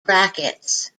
brackets